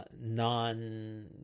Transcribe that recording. non